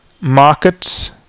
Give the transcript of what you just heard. markets